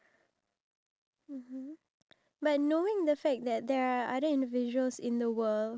we should think about the people out there who are not having any food with them